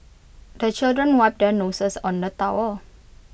the children wipe their noses on the towel